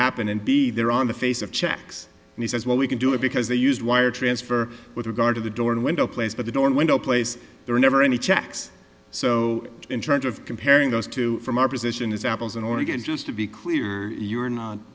happened and be there on the face of checks and he says well we can do it because they used wire transfer with regard to the door and window place by the door and window place there are never any checks so in terms of comparing those two from our position is apples and oranges to be clear you're not